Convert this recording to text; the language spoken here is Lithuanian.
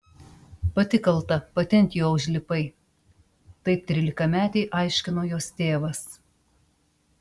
pati kalta pati ant jo užlipai taip trylikametei aiškino jos tėvas